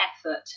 effort